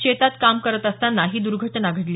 शेतात काम करत असताना ही दुर्घटना घडली